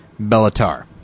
Bellatar